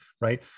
right